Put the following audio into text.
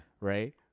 Right